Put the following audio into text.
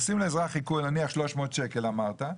עושים לאזרח עיקול נניח 300 שקל אמרת,